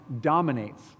dominates